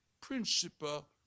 principle